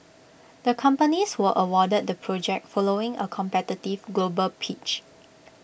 the companies were awarded the project following A competitive global pitch